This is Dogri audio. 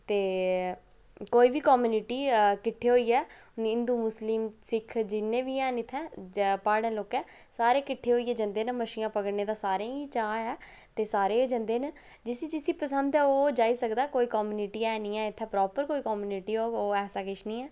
ते कोई बी कम्युनिटी किट्ठे होइयै हिंदू मुस्लिम सिक्ख जिन्ने बी हैन इत्थै जां प्हाड़ी लाकें सारे किट्ठे होइयै जंदे न मच्छियां पकड़ने दा सारें ई चाऽ ऐ ते सारे गै जंदे न जिसी जिसी पसंद ऐ ओह् जाई सकदा कोई कम्युनिटी है निं ऐ इत्थै प्रापर कोई कम्युनिटी होग ओह् ऐसा किश निं ऐ